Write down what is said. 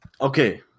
okay